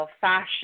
fashion